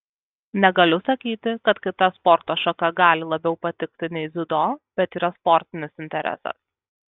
negaliu sakyti kad kita sporto šaka gali labiau patikti nei dziudo bet yra sportinis interesas